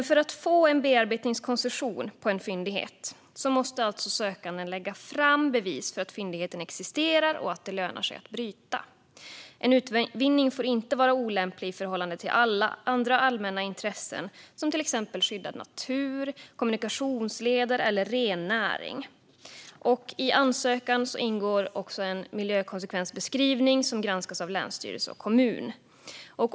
För att få bearbetningskoncession för en fyndighet måste sökanden lägga fram bevis för att fyndigheten existerar och att den lönar sig att bryta. En utvinning får inte vara olämplig i förhållande till andra allmänna intressen som till exempel skyddad natur, kommunikationsleder eller rennäring. I ansökan ingår en miljökonsekvensbeskrivning som granskas av länsstyrelse och kommun.